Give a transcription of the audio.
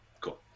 Cool